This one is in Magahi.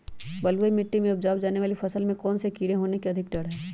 बलुई मिट्टी में उपजाय जाने वाली फसल में कौन कौन से कीड़े होने के अधिक डर हैं?